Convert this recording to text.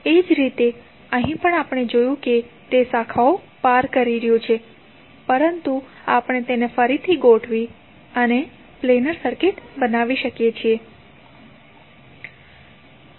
એ જ રીતે અહીં પણ આપણે જોયું કે તે શાખાઓ પાર કરી રહ્યું છે પરંતુ આપણે તેને ફરીથી ગોઠવી અને પ્લેનર સર્કિટ બનાવી શકીએ છીએ